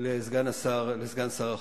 לסגן שר החוץ.